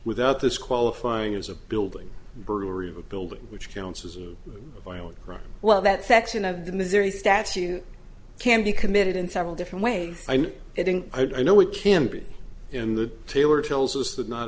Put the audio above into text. without this qualifying as a building brewery of a building which counts as a violent crime well that section of the missouri statute can be committed in several different ways i'm getting i know we can be in the